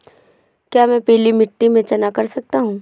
क्या मैं पीली मिट्टी में चना कर सकता हूँ?